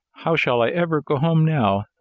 how shall i ever go home now?